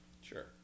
Sure